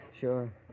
Sure